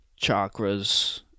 chakras